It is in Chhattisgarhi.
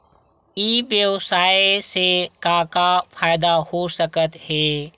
ई व्यवसाय से का का फ़ायदा हो सकत हे?